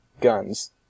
guns